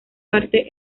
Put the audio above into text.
parte